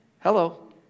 Hello